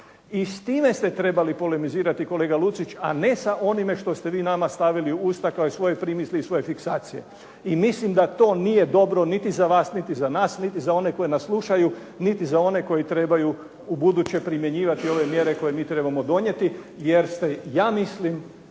I s time ste trebali polemizirati kolega Lucić a ne sa onime što ste vi nama stavili u usta kao i svoje primisli i svoje fiksacije. I mislim da to nije dobro niti za vas niti za nas, niti za one koji nas slušaju, niti za one koji trebaju ubuduće primjenjivati ove mjere koje mi trebamo donijeti jer ste ja mislim